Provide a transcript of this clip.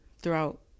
throughout